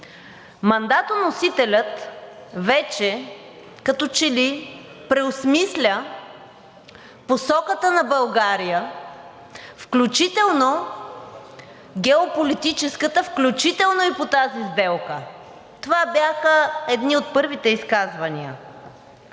Мандатоносителят вече като че ли преосмисля посоката на България, включително геополитическата, включително и по тази сделка. Това бяха едни от първите изказвания.